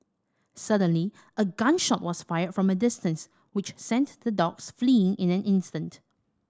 suddenly a gun shot was fired from a distance which sent the dogs fleeing in an instant